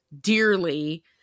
dearly